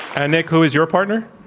and, nick, who is your partner?